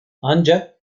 ancak